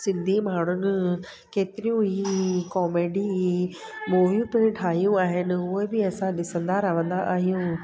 सिंधी माण्हुनि केतिरियूं ई कॉमेडी मूवियूं बि ठाहियूं आहिनि उहे बि असां ॾिसंदा रहंदा आहियूं